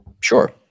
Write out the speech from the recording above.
Sure